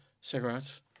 Cigarettes